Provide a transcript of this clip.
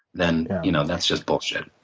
then you know that's just bullshit.